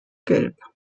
gelb